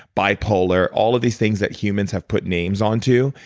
bipolar. all of these things that humans have put names on to,